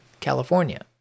California